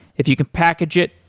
if you can package it,